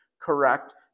correct